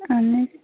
اَہَن حظ